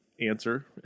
answer